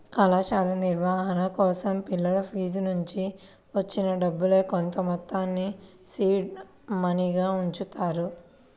కళాశాల నిర్వహణ కోసం పిల్లల ఫీజునుంచి వచ్చిన డబ్బుల్నే కొంతమొత్తాన్ని సీడ్ మనీగా ఉంచుతారు